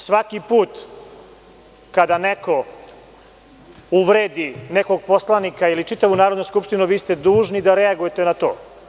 Svaki put, kada neko uvredi nekog poslanika ili čitavu Narodnu skupštinu, vi ste dužni da reagujete na to.